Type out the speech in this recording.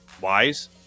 wise